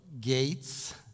gates